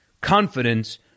confidence